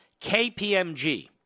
KPMG